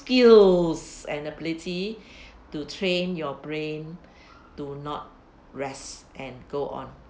skills and ability to train your brain to not rest and go on